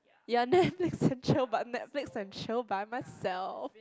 ya Netflix and chill but Netflix and chill by myself